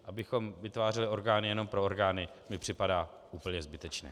Abychom vytvářeli jen orgány pro orgány, mi připadá úplně zbytečné.